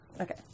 Okay